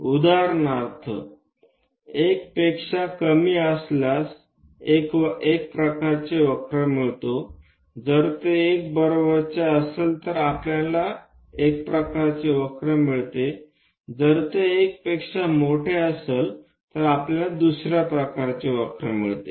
उदाहरणार्थ 1 पेक्षा कमी आपल्याला एक प्रकारचे वक्र मिळते जर ते 1 बरोबर असेल तर आपल्याला एक प्रकारचे वक्र मिळते जर ते 1 पेक्षा मोठे असेल तर आपल्याला दुसर्या प्रकारचे वक्र मिळेल